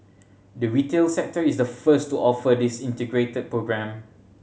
the retail sector is the first to offer this integrated programme